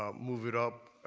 um move it up,